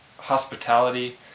hospitality